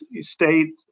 state